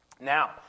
Now